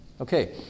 Okay